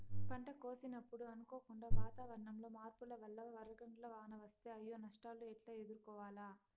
పంట కోసినప్పుడు అనుకోకుండా వాతావరణంలో మార్పుల వల్ల వడగండ్ల వాన వస్తే అయ్యే నష్టాలు ఎట్లా ఎదుర్కోవాలా?